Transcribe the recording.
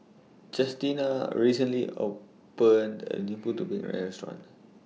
Justina recently opened A New Putu Piring Restaurant